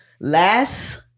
last